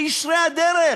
אלה ישרי הדרך.